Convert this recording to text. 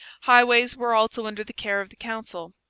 highways were also under the care of the council.